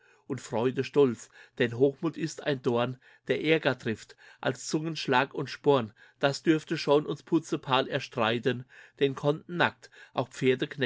und freude stolz denn hochmut ist ein dorn der ärger trifft als zungenschlag und sporn das dürfte schon uns bucephal erstreiten den konnten nackt auch pferdeknechte